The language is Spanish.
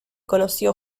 conoció